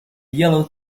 yellow